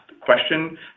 question